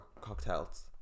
cocktails